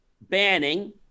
banning